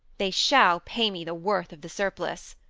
they shall pay me the worth of the surplice,